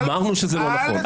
אמרנו שזה לא נכון.